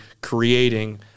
creating